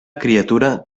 criatura